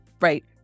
right